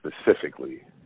specifically